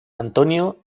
antonio